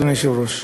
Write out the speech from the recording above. אדוני היושב-ראש.